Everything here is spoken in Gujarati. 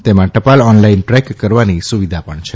તેમાં ટપાલ ઓનલાઇન ટ્રેક કરવાની સુવિધા પણ છે